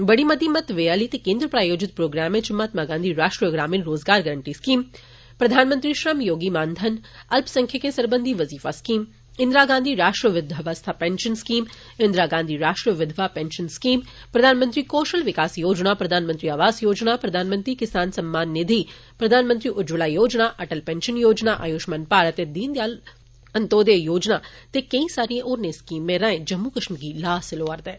बड़ी मती महत्वै आली ते केन्द्र प्रायोजित प्रोग्राम च महात्मा गांधी राष्ट्रीय ग्रामीण रोजगार गरंटी स्कीम प्रधानमंत्री श्रम योगी मानधन अल्पसंख्यकें सरबंधी वज़ीफा स्कीम इंदिरा गांधी राष्ट्रीय वृद्वावस्था पैंशन स्कीम इंदिरा गांधी राष्ट्रीय विध्वा पैंशन स्कीम प्रधानमंत्री कौशल विकास योजना प्रधानमंत्री आवास योजना प्रधानमंत्री किसान सम्मान नीधि प्रधानमंत्री उज्जवला योजना अटल पैंशन योजना आय्ष्मान भारत ते दीन दयाल अन्नतोध्य योजना ते केंई सारी होरने स्कीमें राएं जम्मू कश्मीर गी लाह थ्होआ रदा ऐ